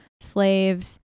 Slaves